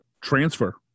transfer